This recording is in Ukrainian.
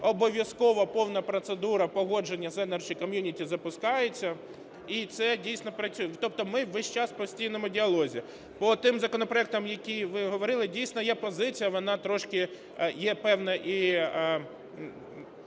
обов'язково повна процедура погодження з Energy Community запускається, і це, дійсно, працює. Тобто ми весь час в постійному діалозі. По тим законопроектам, які ви говорили, дійсно, є позиція, вона трошки… є певна…